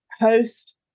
host